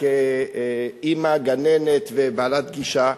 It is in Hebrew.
התגלתה כאמא, גננת ובעלת גישה.